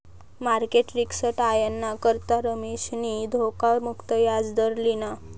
market risk टायाना करता रमेशनी धोखा मुक्त याजदर लिना